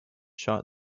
shot